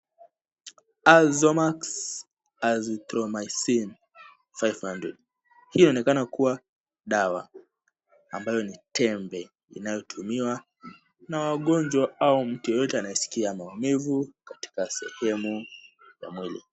Azomaxx Azithromycin 500. Hii inaonekana kuwa dawa ambayo ni tembe inayotumiwa na wagonjwa au mtu yeyote anayesikia maumivu katika sehemu ya mwili.